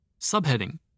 Subheading